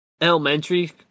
elementary